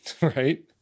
right